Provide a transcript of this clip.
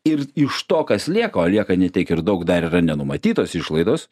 ir iš to kas lieka o lieka ne tiek ir daug dar yra nenumatytos išlaidos